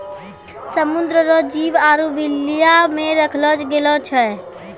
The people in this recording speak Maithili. समुद्र रो जीव आरु बेल्विया मे रखलो गेलो छै